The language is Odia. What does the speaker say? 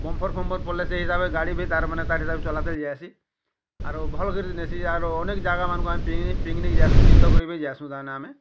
ବମ୍ଫର୍ ଫମ୍ଫର୍ ପଡ଼୍ଲେ ସେ ହିସାବରେ ଗାଡ଼ି ବି ତାର୍ ମାନେ ତାର୍ ହିସାବରେ ଚଲାତି ଯାଏସି ଆରୁ ଭଲ୍ କରି ନେସି ଆରୁ ଅନେକ ଜାଗାମାନ୍କୁ ଆମେ ପିକ୍ନିକ୍ ଯାଏସୁଁ ତୀର୍ଥ କରି ବି ଯାଏସୁଁ ତାହାମାନେ ଆମେ